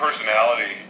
Personality